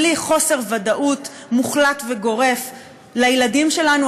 בלי חוסר ודאות מוחלט וגורף לילדים שלנו,